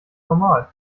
normal